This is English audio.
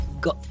go